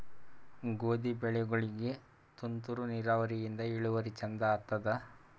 ಗೋಧಿ ಬೆಳಿಗೋಳಿಗಿ ತುಂತೂರು ನಿರಾವರಿಯಿಂದ ಇಳುವರಿ ಚಂದ ಆತ್ತಾದ?